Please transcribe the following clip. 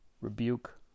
rebuke